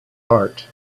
heart